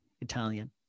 Italian